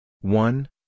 one